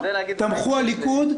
תמכו הליכוד.